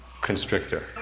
constrictor